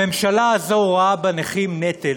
הממשלה הזו רואה בנכים נטל.